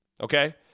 Okay